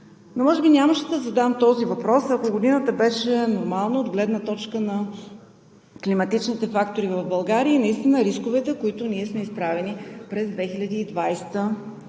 Може би нямаше да задам този въпрос, ако годината беше нормална от гледна точка на климатичните фактори в България и рисковете, пред които ние наистина сме изправени през 2020 г.